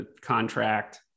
contract